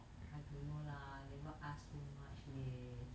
I don't know lah never ask so much leh